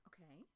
Okay